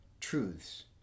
Truths